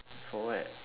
for what